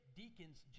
deacons